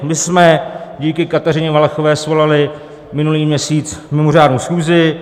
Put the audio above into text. My jsme díky Kateřině Valachové svolali minulý měsíc mimořádnou schůzi.